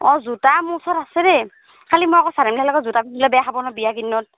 অঁ জোতা মোৰ ওচৰত আছে দেই খালি মই আকৌ চাদৰ মেখেলা লগত জোতা পিন্ধিলে বেয়া দেখাব নহয় বিয়া কেইদিনত